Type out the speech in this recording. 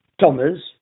Thomas